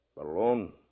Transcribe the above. alone